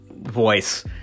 Voice